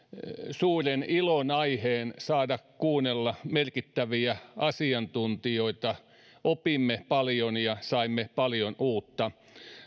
suuren ilonaiheen saada kuunnella merkittäviä asiantuntijoita opimme paljon ja saimme paljon uutta